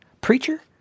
Preacher